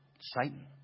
Satan